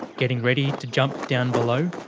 getting ready to jump down below.